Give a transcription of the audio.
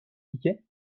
tickets